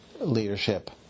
leadership